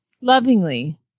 lovingly